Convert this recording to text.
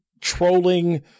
trolling